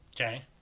okay